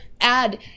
add